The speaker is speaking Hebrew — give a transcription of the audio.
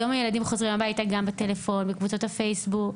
היום ילדים בבית הם בטלפון ובקבוצות הפייסבוק,